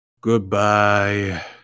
Goodbye